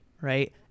right